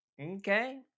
Okay